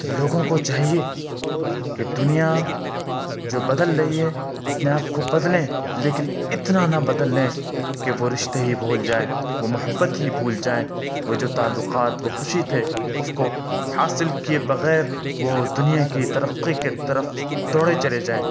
تو لوگوں کو چاہیے کہ دنیا جو بدل رہی ہے اپنے آپ کو بدلیں لیکن اتنا نہ بدل لیں کہ وہ رشتے ہی بھول جائیں وہ محبت ہی بھول جائیں وہ جو تعلقات وہ خوشی تھے اس کو حاصل کیے بغیر وہ دنیا کی ترقی کے طرف دوڑے چلے جائیں